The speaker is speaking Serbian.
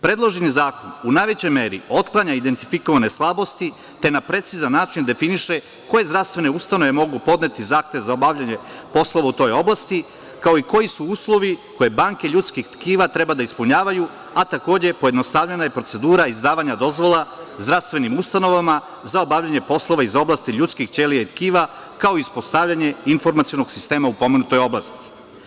Predloženi zakon u najvećoj meri otklanja identifikovane slabosti, te na precizan način definiše koje zdravstvene ustanove mogu podneti zahtev za obavljanje poslova u toj oblasti, kao i koji su uslovi koje banke ljudskih tkiva treba da ispunjavaju, a takođe pojednostavljena je procedura izdavanja dozvola zdravstvenim ustanovama za obavljanje poslova iz oblasti ljudskih ćelija i tkiva, kao ispostavljanje informacionog sistema u pomenutoj oblasti.